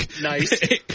Nice